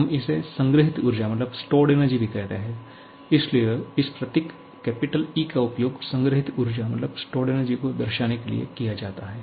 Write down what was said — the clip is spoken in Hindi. हम इसे संग्रहीत ऊर्जा भी कहते हैं इसलिए इस प्रतीक E ' का उपयोग संग्रहीत ऊर्जा को दर्शाने के लिए किया जाता है